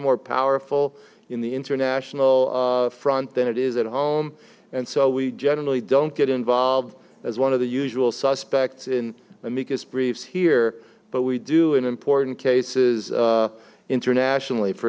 more powerful in the international front than it is at home and so we generally don't get involved as one of the usual suspects in amicus briefs here but we do in important cases internationally for